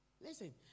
Listen